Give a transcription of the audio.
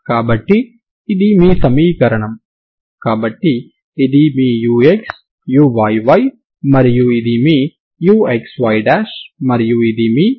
కాబట్టి ఇది మీ సమీకరణం కాబట్టి ఇది మీ ux uyy మరియు ఇది మీ uxy మరియు ఇది మీ uxx